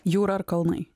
jūra ar kalnai